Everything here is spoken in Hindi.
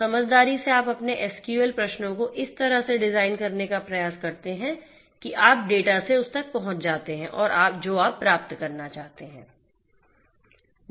तो समझदारी से आप अपने एसक्यूएल प्रश्नों को इस तरह से डिजाइन करने का प्रयास करते हैं कि आप डेटा से उस तक पहुंच पाते हैं जो आप प्राप्त करना चाहते हैं